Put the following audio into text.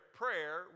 prayer